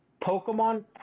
pokemon